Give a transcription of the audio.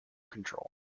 control